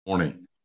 Morning